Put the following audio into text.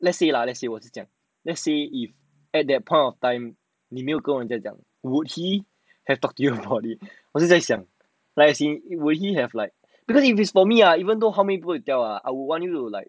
let's say lah let's say 我只是讲 let's say if at that point of time 你没有跟人家讲 would he have talked to you or not 我是在想 like as in would he have like because if it's for me ah even though how many people I go and tell ah I would want you to like